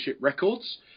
records